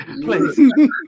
Please